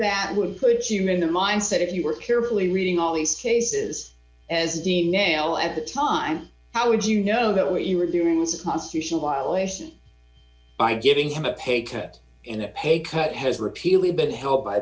that would put you in the mindset if you were carefully reading all these cases as d n a all at the time how would you know that what you were doing was a constitutional violation by giving him a pay cut in a pay cut has repeatedly been helped by